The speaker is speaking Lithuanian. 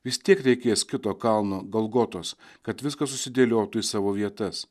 vis tiek reikės kito kalno golgotos kad viskas susidėliotų į savo vietas